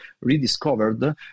rediscovered